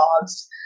dogs